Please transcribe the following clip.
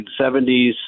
1970s